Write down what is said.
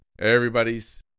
everybody's